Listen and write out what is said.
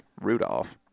Rudolph